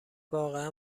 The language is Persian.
واقعا